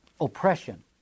oppression